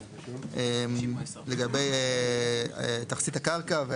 לגבי תכסית הקרקע.